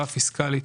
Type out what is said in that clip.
פיסקלית